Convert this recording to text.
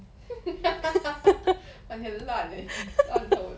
哇你很烂 eh 烂透 eh